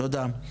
תודה.